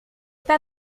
pas